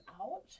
out